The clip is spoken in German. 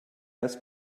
ist